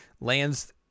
lands